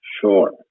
Sure